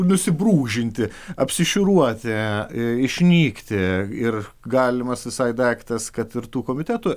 nusibrūžinti apsišiūruoti išnykti ir galimas visai daiktas kad ir tų komitetų